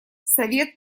совет